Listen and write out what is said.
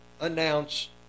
announce